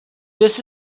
this